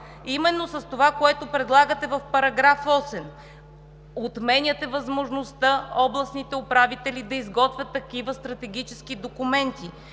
Именно с това, което предлагате в § 8, отменяте възможността областните управители да изготвят такива стратегически документи,